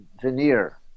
veneer